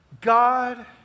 God